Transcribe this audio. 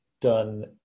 done